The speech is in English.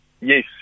Yes